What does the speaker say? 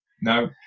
no